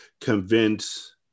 convince